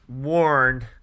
warned